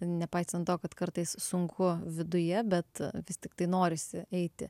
nepaisant to kad kartais sunku viduje bet vis tiktai norisi eiti